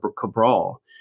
Cabral